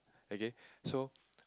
okay so